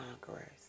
conquerors